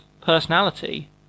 personality